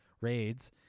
raids